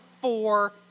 four